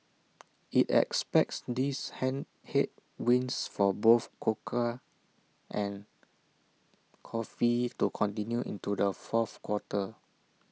but this figure includes the construction workforce where the ratio is one local for every Seven foreigners